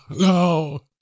no